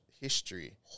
history